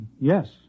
yes